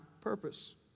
purpose